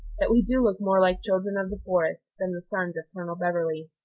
that we do look more like children of the forest than the sons of colonel beverley.